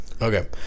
Okay